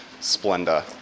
Splenda